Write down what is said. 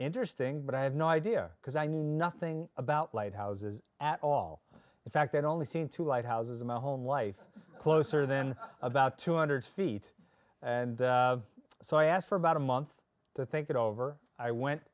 interesting but i had no idea because i knew nothing about lighthouses at all in fact it only seem to lighthouses my home life closer then about two hundred feet and so i asked for about a month to think it over i went